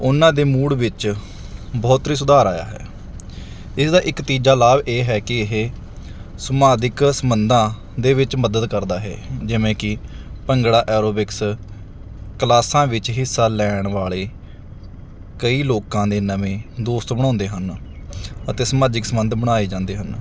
ਉਹਨਾਂ ਦੇ ਮੂਡ ਵਿੱਚ ਬਹੁਤ ਹੀ ਸੁਧਾਰ ਆਇਆ ਹੈ ਇਸਦਾ ਇੱਕ ਤੀਜਾ ਲਾਭ ਇਹ ਹੈ ਕਿ ਇਹ ਸਮਾਜਿਕ ਸੰਬੰਧਾਂ ਦੇ ਵਿੱਚ ਮਦਦ ਕਰਦਾ ਹੈ ਜਿਵੇਂ ਕਿ ਭੰਗੜਾ ਐਰੋਬਿਕਸ ਕਲਾਸਾਂ ਵਿੱਚ ਹਿੱਸਾ ਲੈਣ ਵਾਲੇ ਕਈ ਲੋਕਾਂ ਦੇ ਨਵੇਂ ਦੋਸਤ ਬਣਾਉਂਦੇ ਹਨ ਅਤੇ ਸਮਾਜਿਕ ਸੰਬੰਧ ਬਣਾਏ ਜਾਂਦੇ ਹਨ